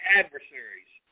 adversaries